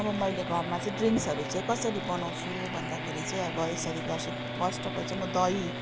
अब मैले घरमा चाहिँ ड्रिङ्क्सहरू चाहिँ कसरी बनाउँछु भन्दाखेरि चाहिँ अब यसरी गर्छु फर्स्ट अफ् अल चाहिँ म दही